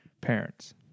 parents